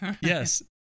Yes